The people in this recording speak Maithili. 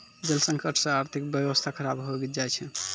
जल संकट से आर्थिक व्यबस्था खराब हो जाय छै